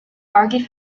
argued